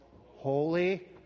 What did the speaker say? holy